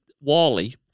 Wally